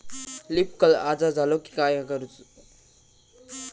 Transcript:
Leaf curl आजार झालो की काय करूच?